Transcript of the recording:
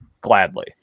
Gladly